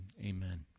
amen